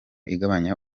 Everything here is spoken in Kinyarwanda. igabanya